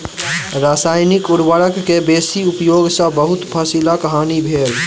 रसायनिक उर्वरक के बेसी उपयोग सॅ बहुत फसीलक हानि भेल